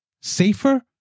safer